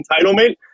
entitlement